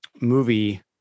movie